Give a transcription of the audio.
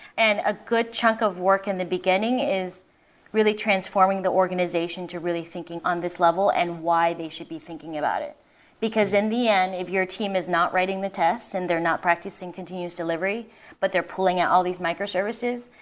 and a good chunk of work in the beginning is really transforming the organization to really thinking on this level and why they should be thinking about, because in the end, if your team is not writing the tests and they're not practicing continues delivery but they're pulling yeah all all these microservices,